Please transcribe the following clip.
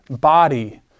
body